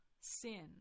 sin